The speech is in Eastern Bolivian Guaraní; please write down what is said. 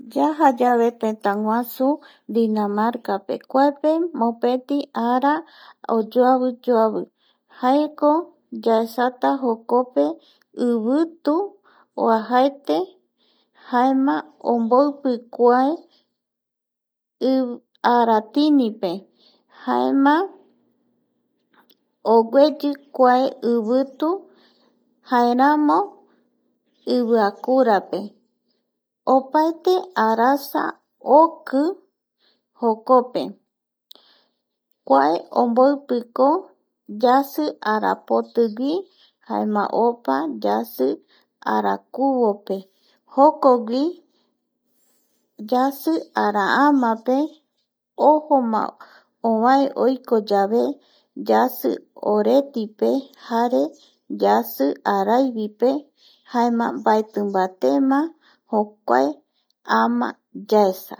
Yajayave tëtäguasu Dinamarcape kuape mopeti ara oyoaviyoavi jaeko yaesata jokope ivitu oajaete jaema omboipi kuae aratinipe jaema ogueyi kua ivitu jaeramo iviakuarape opapete arasa oki jokope kuae omboipiko yasi arapotigui jaema opa yasi arakuvope jokogui yasi araamape ojoma ovae oiko yave yasi oretipe jare yasi araivipe jaema mbaetimbatema jokuae ama yaesa